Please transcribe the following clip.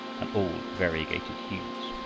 and all variegated hues.